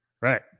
right